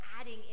adding